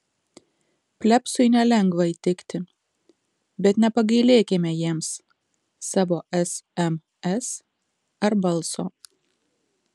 plebsui nelengva įtikti bet nepagailėkime jiems savo sms ar balso